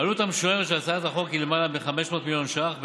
העלות המשוערת של הצעת החוק היא למעלה מ-500 מיליון ש"ח.